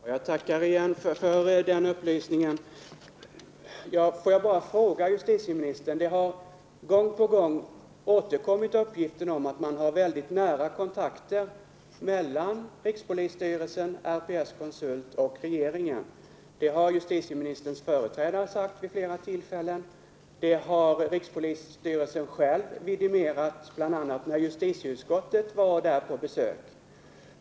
Herr talman! Jag tackar för denna upplysning. Jag skulle vilja fråga justitieministern en sak. Det har gång på gång förekommit uppgifter om att man har mycket nära kontakter mellan rikspolisstyrelsen, RPS-konsult och regeringen. Det har justitieministerns företrädare sagt vid flera tillfällen, och det har också rikspolisstyrelsen vidimerat bl.a. när justitieutskottet var där på besök.